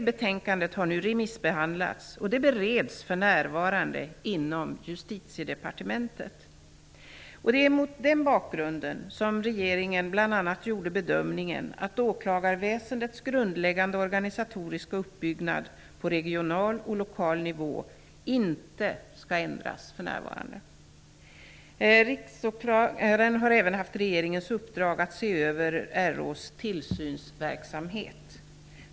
Betänkandet har nu remissbehandlats och bereds för närvarande inom Justitiedepartementet. Det var mot denna bakgrund som regeringen bl.a. gjorde bedömningen att åklagarväsendets grundläggande organisatoriska uppbyggnad på regional och lokal nivå för närvarande inte skall ändras. Riksåklagaren har även haft regeringens uppdrag att se över RÅ:s tillsynsverksamhet.